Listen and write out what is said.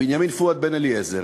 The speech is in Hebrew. בנימין פואד בן-אליעזר,